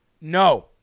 No